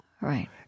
Right